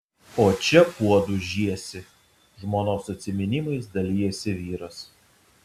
o čia puodus žiesi žmonos atsiminimais dalijasi vyras